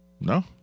No